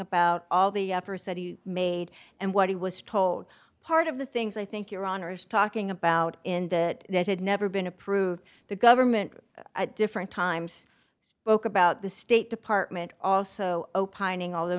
about all the efforts that he made and what he was told part of the things i think your honor is talking about in that that had never been approved the government at different times spoke about the state department also opining although